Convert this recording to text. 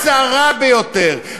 הצרה ביותר,